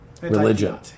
religion